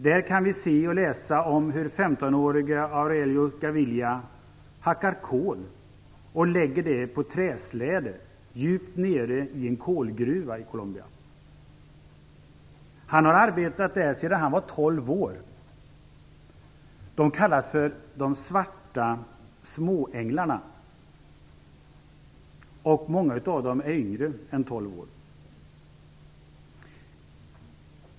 Vi kan se och läsa om hur 15 årige Aurelio Gavilia hackar kol och lägger det på en träsläde djupt nere i en kolgruva. Han har arbetat där sedan han var 12 år. Dessa barn kallas för "de svarta småänglarna". Många av dem är yngre än 12 år.